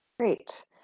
Great